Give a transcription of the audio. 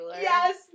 yes